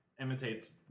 imitates